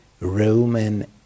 Roman